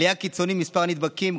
עלייה קיצונית במספר הנדבקים,